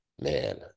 man